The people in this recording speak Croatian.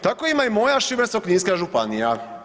Tako ima i moja Šibensko-kninska županija.